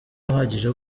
uhagije